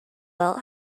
belt